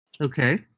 Okay